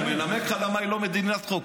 אני מנמק לך למה היא לא מדינת חוק.